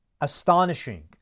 astonishing